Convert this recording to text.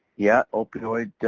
yeah, opioid